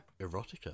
Erotica